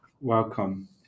Welcome